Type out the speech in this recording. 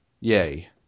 Yay